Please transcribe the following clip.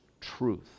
truth